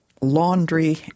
laundry